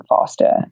faster